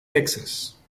texas